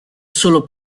solo